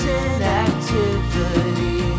inactivity